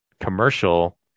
commercial